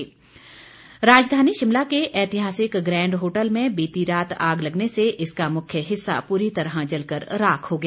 आग राजधानी शिमला के ऐतिहासिक ग्रैंड होटल में बीती रात आग लगने से इसका मुख्य हिस्सा पूरी तरह जलकर राख हो गया